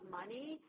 money